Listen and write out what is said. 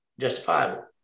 justifiable